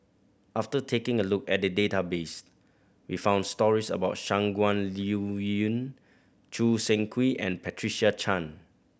after taking a look at the database we found stories about Shangguan Liuyun Choo Seng Quee and Patricia Chan